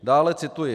Dále cituji: